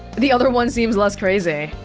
the other ones seem less crazy